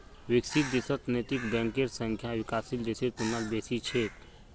विकसित देशत नैतिक बैंकेर संख्या विकासशील देशेर तुलनात बेसी छेक